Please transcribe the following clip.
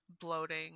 bloating